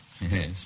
Yes